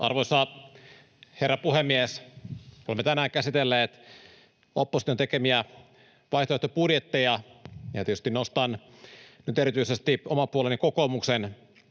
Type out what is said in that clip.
Arvoisa herra puhemies! Olemme tänään käsitelleet opposition tekemiä vaihtoehtobudjetteja, ja tietysti nostan nyt erityisesti oman puoleeni, kokoomuksen,